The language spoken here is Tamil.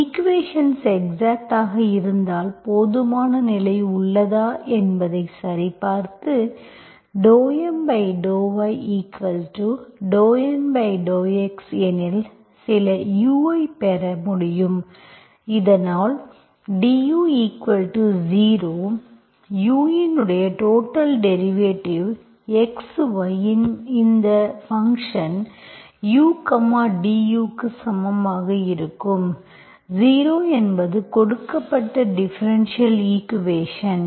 ஈக்குவேஷன்ஸ் எக்ஸாக்ட் ஆக இருந்தால் போதுமான நிலை உள்ளதா என்பதை சரிபார்த்து ∂M∂y∂N∂x எனில் சில u ஐப் பெற முடியும் இதனால் du0 u இன் டோடல் டெரிவேட்டிவ் x y இன் இந்த ஃபங்க்ஷன் u du க்கு சமமாக இருக்கும் 0 என்பது கொடுக்கப்பட்ட டிஃபரென்ஷியல் ஈக்குவேஷன்ஸ்